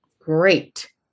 Great